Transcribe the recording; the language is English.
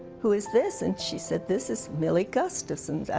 who is this? and she said, this is millie gustafson,